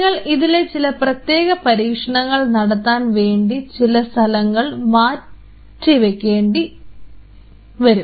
നിങ്ങൾക്ക് ഇതിലെ ചില പ്രത്യേക പരീക്ഷണങ്ങൾ നടത്താൻ വേണ്ടി ചില സ്ഥലങ്ങൾ പ്രത്യേകം മാറ്റി വെക്കേണ്ടതായിട്ടുണ്ട്